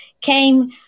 came